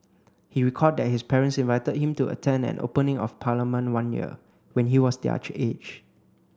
he recalled that his parents invited him to attend an opening of Parliament one year when he was their age